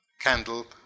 candle